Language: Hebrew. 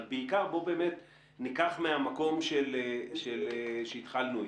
אבל בעיקר בואו באמת ניקח מהמקום שהתחלנו איתו.